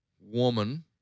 woman